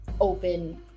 open